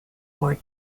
war